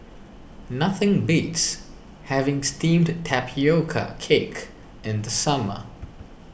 nothing beats having Steamed Tatioca Cake in the summer